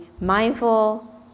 mindful